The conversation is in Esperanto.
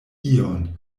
ion